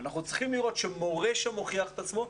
אנחנו צריכים לראות שמורה שמוכיח את עצמו,